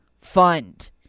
Fund